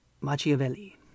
Machiavelli